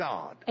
God